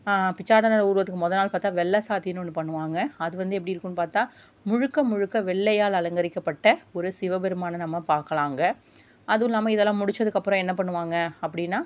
பிசாநாதனார் ஊர்வலத்துக்கு முத நாள் பார்த்தா வெள்ளைசாத்தின்னு ஒன்று பண்ணுவாங்க அது வந்து எப்படி இருக்குன்னு பார்த்தா முழுக்க முழுக்க வெள்ளையால் அலங்கரிக்கப்பட்ட ஒரு சிவபெருமானை நம்ம பாக்கலாம் அங்கே அதுவும் இல்லாம இதெல்லாம் முடிச்சதுக்கப்புறம் என்ன பண்ணுவாங்க அப்படீனா